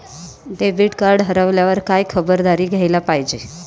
Debit card हरवल्यावर काय खबरदारी घ्यायला पाहिजे?